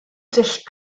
dull